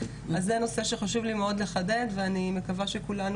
אז זה נושא שחשוב לי מאוד לחדד ואני מקווה שכולנו,